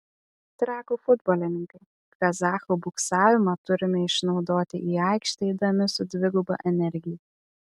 trakų futbolininkai kazachų buksavimą turime išnaudoti į aikštę eidami su dviguba energija